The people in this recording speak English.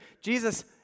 Jesus